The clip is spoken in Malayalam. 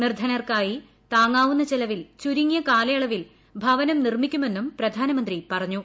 നിർധനർക്കായി താങ്ങാവുന്ന ചെലവിൽ ചുരുങ്ങിയ കാലയളവിൽ ഭവനം നിർമ്മിക്കുമെന്നും പ്രധാനമന്ത്രി പറഞ്ഞു